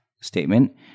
statement